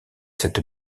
cette